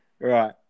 Right